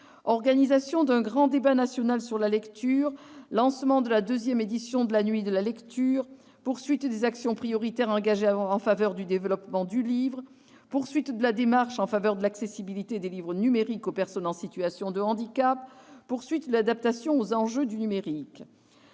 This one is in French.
: organisation d'un grand débat national sur la lecture, lancement de la deuxième édition de la nuit de la lecture, poursuite des actions prioritaires engagées en faveur du développement du livre, poursuite de la démarche en faveur de l'accessibilité des livres numériques aux personnes en situation de handicap, poursuite de l'adaptation aux enjeux du numérique,